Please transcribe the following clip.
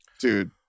dude